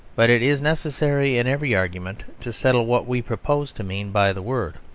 but it is necessary in every argument to settle what we propose to mean by the word.